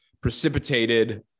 precipitated